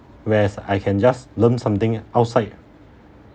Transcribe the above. whereas I can just learn something outside